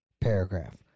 paragraph